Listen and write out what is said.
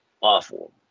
awful